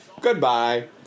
Goodbye